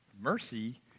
Mercy